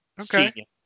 Okay